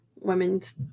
women's